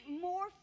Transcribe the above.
more